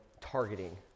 targeting